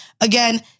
Again